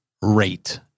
Rate